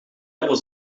was